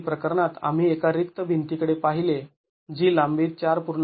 मागील प्रकरणात आम्ही एका रिक्त भिंतीकडे पाहिले जी लांबीत ४